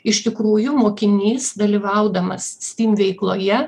iš tikrųjų mokinys dalyvaudamas stim veikloje